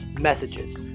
messages